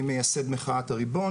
אני מייסד "מחאת הריבון",